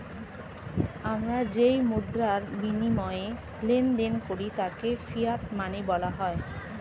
আমরা যেই মুদ্রার বিনিময়ে লেনদেন করি তাকে ফিয়াট মানি বলা হয়